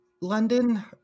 London